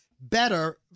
better